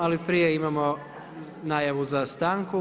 Ali prije imamo najavu za stanku.